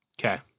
Okay